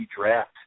draft